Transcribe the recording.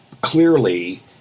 clearly